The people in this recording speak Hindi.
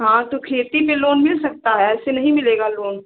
हाँ तो खेती में लोन मिल सकता है ऐसे नहीं मिलेगा लोन